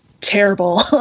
terrible